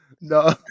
No